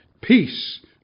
Peace